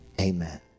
amen